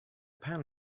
pan